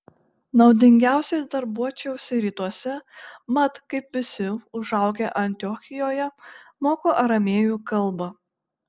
naudingiausiai darbuočiausi rytuose mat kaip visi užaugę antiochijoje moku aramėjų kalbą